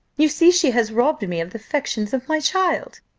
you see she has robbed me of the affections of my child.